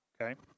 okay